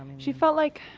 she felt like,